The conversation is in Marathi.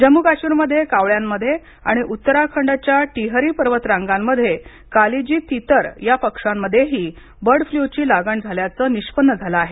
जम्मू काश्मीरमध्ये कावळ्यांमध्ये आणि उत्तराखंडच्या टिहरी पर्वत रांगांमध्ये कालीजी तितर या पक्ष्यांमध्ये ही बर्ड फ्लूची लागण झाल्याचं निष्पन्न झालं आहे